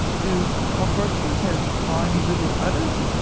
do cockroaches have tiny little udders?